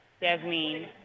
Jasmine